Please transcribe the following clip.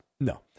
No